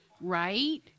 Right